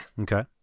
Okay